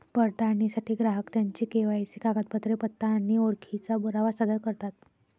पडताळणीसाठी ग्राहक त्यांची के.वाय.सी कागदपत्रे, पत्ता आणि ओळखीचा पुरावा सादर करतात